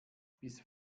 bis